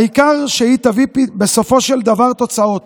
העיקר שבסופו של דבר היא תביא תוצאות.